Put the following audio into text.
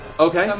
okay.